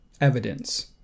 evidence